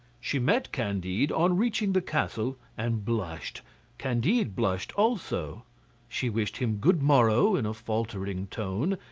she met candide on reaching the castle and blushed candide blushed also she wished him good morrow in a faltering tone,